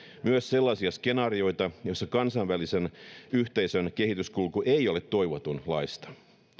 myös sellaisia skenaarioita joissa kansainvälisen yhteisön kehityskulku ei ole toivotunlaista